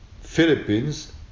Philippines